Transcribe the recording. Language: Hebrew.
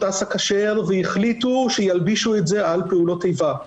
אסא כשר והחליטו שילבישו את זה על פעולות איבה.